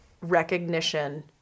recognition